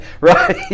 right